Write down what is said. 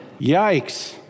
Yikes